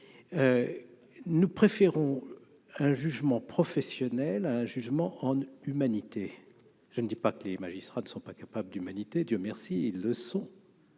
être relaxés, un jugement professionnel à un jugement en humanité. Je ne dis pas que les magistrats ne sont pas capables d'humanité. Dieu merci, ils le sont